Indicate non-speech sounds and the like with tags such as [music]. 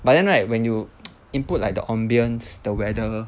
but then right when you [noise] input like the ambience the weather